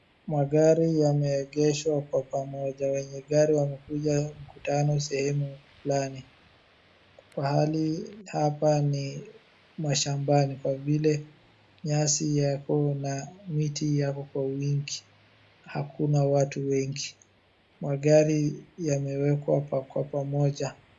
Magari ya maegesho kwa pamoja, wenye gari wamekuja kukutano sehemu fulani. Pahali hapa ni mashambani kwa vile nyasi yako na miti yako mingi . Akuna watu wengi , magari yamekwa kwa pamoja.